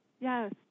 Yes